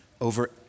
over